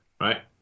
Right